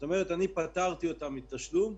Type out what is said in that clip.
זאת אומרת, פטרתי אותם מתשלום,